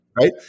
Right